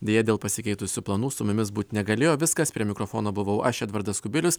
deja dėl pasikeitusių planų su mumis būt negalėjo viskas prie mikrofono buvau aš edvardas kubilius